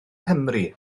nghymru